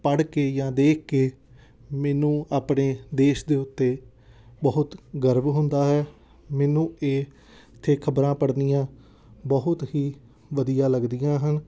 ਪੜ੍ਹ ਕੇ ਜਾਂ ਦੇਖ ਕੇ ਮੈਨੂੰ ਆਪਣੇ ਦੇਸ਼ ਦੇ ਉੱਤੇ ਬਹੁਤ ਗਰਵ ਹੁੰਦਾ ਹੈ ਮੈਨੂੰ ਇਹ 'ਤੇ ਖ਼ਬਰਾਂ ਪੜ੍ਹਨੀਆਂ ਬਹੁਤ ਹੀ ਵਧੀਆ ਲੱਗਦੀਆਂ ਹਨ